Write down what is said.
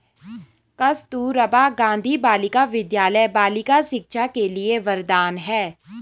कस्तूरबा गांधी बालिका विद्यालय बालिका शिक्षा के लिए वरदान है